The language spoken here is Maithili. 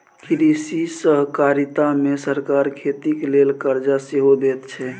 कृषि सहकारिता मे सरकार खेती लेल करजा सेहो दैत छै